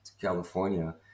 California